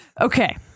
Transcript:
Okay